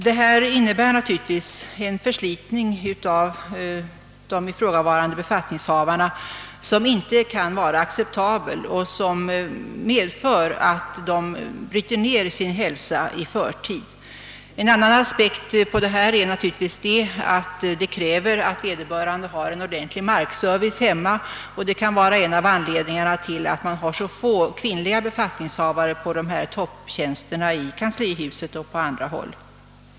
Detta innebär naturligtvis en förslitning av ifrågavarande befattningshavare som inte kan vara acceptabel och som bryter ned deras hälsa i förtid. En annan aspekt på detta förhållande är att sådant arbete kräver att vederbörande har en ordentlig markservice i sitt hem. Detta kan vara en av anledningarna till att det finns så få kvinnliga befattningshavare i topptjänster inom kanslihuset och på andra håll.